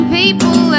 people